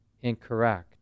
incorrect